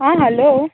आं हॅलो